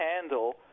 handle